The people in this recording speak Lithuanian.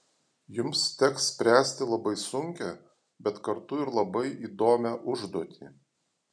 jums teks spręsti labai sunkią bet kartu ir labai įdomią užduotį